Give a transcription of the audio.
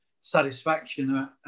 satisfaction